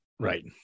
Right